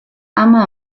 ama